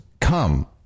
come